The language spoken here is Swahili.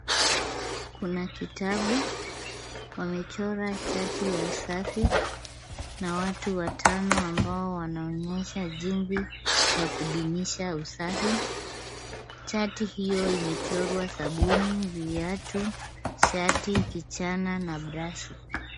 Kuna kitabu, wamechora chati ya usafi na watu watano ambao wanaonyesha jinsi ya kudumisha usafi. Chati hiyo imechorwa sabuni, viatu, shati, kichana, na brashi.